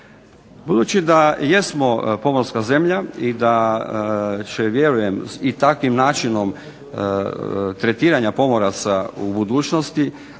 Budući da jesmo pomorska zemlja i da će vjerujem i takvim načinom tretiranja pomoraca u budućnosti